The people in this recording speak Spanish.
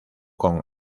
con